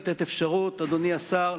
אדוני השר,